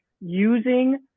using